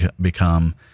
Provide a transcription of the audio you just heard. become